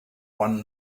one